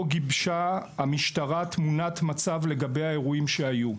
לא גיבשה תמונת מצב לגבי האירועים שהיו.